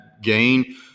gain